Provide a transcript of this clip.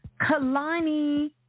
Kalani